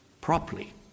properly